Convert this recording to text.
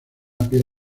piel